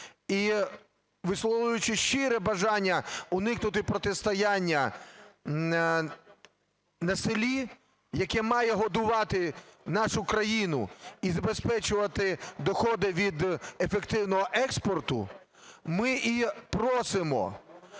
і висловлюючи щире бажання уникнути протистояння на селі, яке має годувати нашу країну і забезпечувати доходи від ефективного експорту, ми і просимо